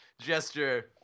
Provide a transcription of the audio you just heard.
gesture